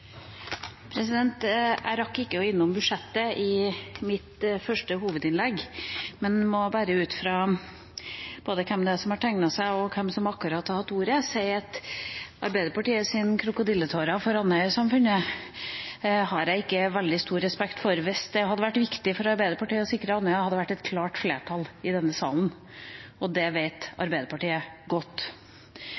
Jeg rakk ikke innom budsjettet i mitt hovedinnlegg, men jeg må bare – både ut fra hvem som har tegnet seg, og hvem som akkurat har hatt ordet – si at Arbeiderpartiets krokodilletårer for Andøy-samfunnet har jeg ikke veldig stor respekt for. Hvis det hadde vært viktig for Arbeiderpartiet å sikre Andøya, hadde det vært et klart flertall i denne salen. Det vet